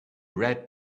read